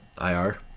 IR